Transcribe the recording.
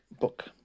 book